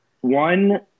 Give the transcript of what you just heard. one –